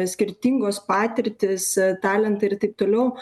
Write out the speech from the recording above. skirtingos patirtys talentai ir taip toliau